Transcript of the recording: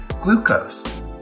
glucose